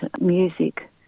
music